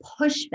pushback